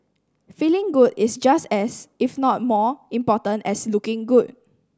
feeling good is just as if not more important as looking good